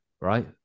right